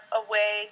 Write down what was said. away